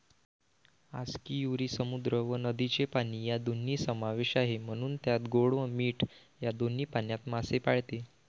आस्कियुरी समुद्र व नदीचे पाणी या दोन्ही समावेश आहे, म्हणून त्यात गोड व मीठ या दोन्ही पाण्यात मासे पाळते